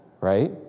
right